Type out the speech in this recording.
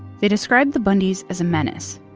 they described the bundys as a menace.